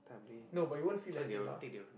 no but you won't feel anything lah